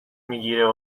میگیره